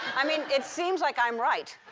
i mean, it seems like i'm right.